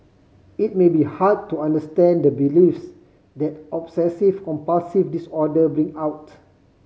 it may be hard to understand the beliefs that obsessive compulsive disorder bring out